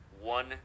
one